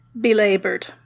belabored